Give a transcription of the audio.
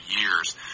years –